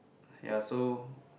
ya so